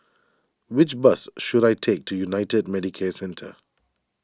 which bus should I take to United Medicare Centre